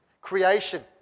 creation